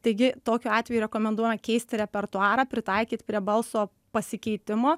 taigi tokiu atveju rekomenduojama keisti repertuarą pritaikyt prie balso pasikeitimo